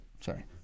Sorry